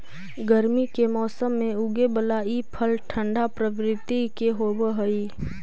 गर्मी के मौसम में उगे बला ई फल ठंढा प्रवृत्ति के होब हई